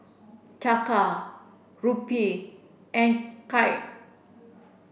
Taka Rupee and Kyat